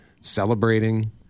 celebrating